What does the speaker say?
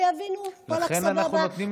שיבינו, ואלכ, סבבה.